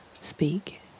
speak